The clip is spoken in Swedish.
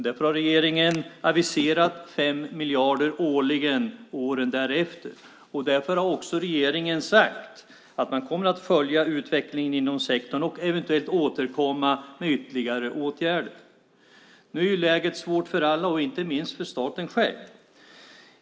Därför har regeringen aviserat 5 miljarder årligen åren därefter och också sagt att man kommer att följa utvecklingen inom sektorn och eventuellt återkomma med ytterligare åtgärder. Nu är läget svårt för alla och inte minst för staten själv.